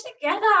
together